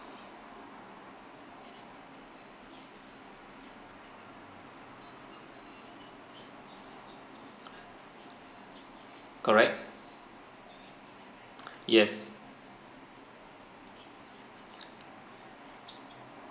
correct yes